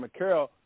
McCarroll